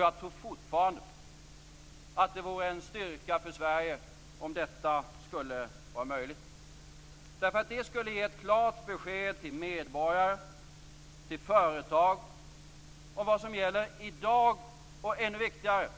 Jag tror fortfarande att det vore en styrka för Sverige om detta skulle vara möjligt, därför att det skulle ge ett klart besked till medborgare och till företag om vad som gäller i dag och, ännu viktigare,